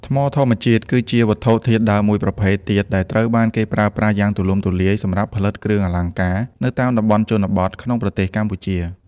ថ្មធម្មជាតិ គឺជាវត្ថុធាតុដើមមួយប្រភេទទៀតដែលត្រូវបានគេប្រើប្រាស់យ៉ាងទូលំទូលាយសម្រាប់ផលិតគ្រឿងអលង្ការនៅតាមតំបន់ជនបទក្នុងប្រទេសកម្ពុជា។